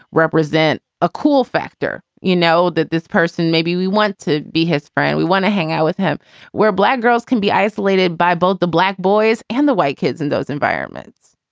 represent a cool factor you know that this person maybe we want to be his friend. we want to hang out with him where black girls can be isolated by both the black boys and the white kids in those environments.